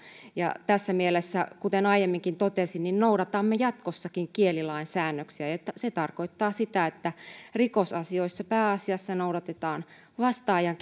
ja tässä mielessä kuten aiemminkin totesin noudatamme jatkossakin kielilain säännöksiä ja se tarkoittaa sitä että rikosasioissa pääasiassa noudatetaan vastaajan